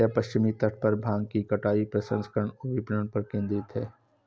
यह पश्चिमी तट पर भांग की कटाई, प्रसंस्करण और विपणन पर केंद्रित है